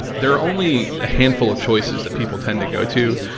there are only a handful of choices that people tend to go to.